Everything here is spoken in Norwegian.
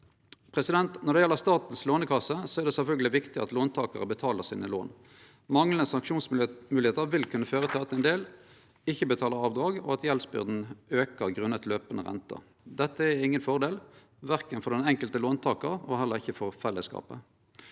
Når det gjeld Statens lånekasse, er det sjølvsagt viktig at låntakarar betaler låna sine. Manglande sanksjonsmoglegheiter vil kunne føre til at ein del ikkje betaler avdrag, og at gjeldsbyrda aukar grunna løpande renter. Dette er ingen fordel, verken for den enkelte låntakar eller for fellesskapet.